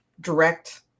direct